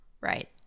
Right